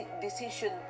decision